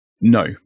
No